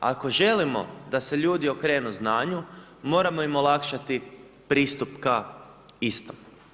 Ako želimo da se ljudi okrenu znanju moramo im olakšati pristup ka istom.